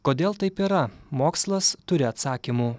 kodėl taip yra mokslas turi atsakymų